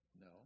No